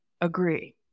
agree